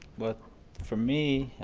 for me,